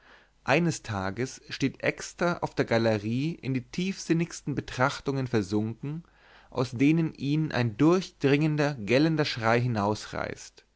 eines tages steht exter auf der galerie in die tiefsinnigsten betrachtungen versunken aus denen ihn ein durchdringender gellender schrei